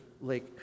Lake